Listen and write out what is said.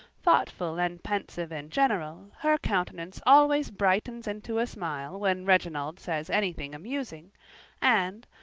thoughtful and pensive in general, her countenance always brightens into a smile when reginald says anything amusing and,